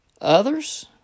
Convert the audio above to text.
others